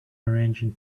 arranging